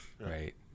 Right